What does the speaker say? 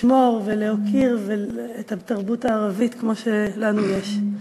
לשמור ולהוקיר את התרבות הערבית, כמו שלנו יש.